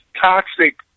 toxic